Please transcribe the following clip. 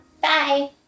Bye